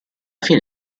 fine